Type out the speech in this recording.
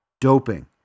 Doping